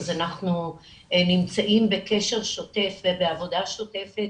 אנחנו נמצאים בקשר שוטף ובעבודה שוטפת